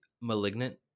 malignant